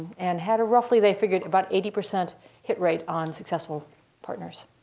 and had a roughly, they figured, about eighty percent hit rate on successful partners.